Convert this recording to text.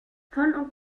von